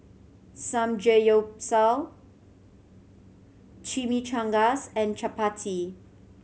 Samgeyopsal Chimichangas and Chapati